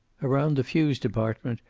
around the fuse department,